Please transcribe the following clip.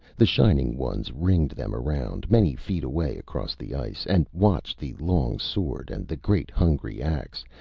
the shining ones ringed them round, many feet away across the ice, and watched the long sword and the great hungry axe,